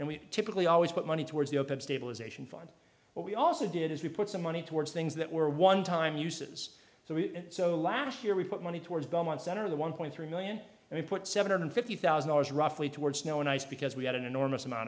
and we typically always put money towards the open stabilization fund what we also did is we put some money towards things that were one time uses so we so last year we put money towards government center of the one point three million and we put seven hundred fifty thousand dollars roughly toward snow and ice because we had an enormous amount